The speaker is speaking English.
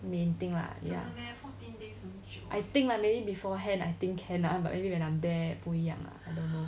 main thing lah ya meh fourteen days I think like maybe beforehand I think can lah but maybe when I'm there 不一样 ah I don't know